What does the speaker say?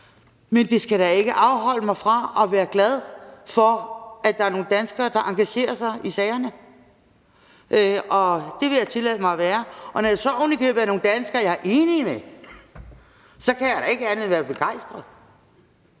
men det skal da ikke afholde mig fra at være glad for, at der er nogle danskere, der engagerer sig i sagerne – det vil jeg tillade mig at være – og når det så ovenikøbet er nogle danskere, jeg er enig med, kan jeg ikke andet end at være begejstret.